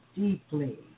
deeply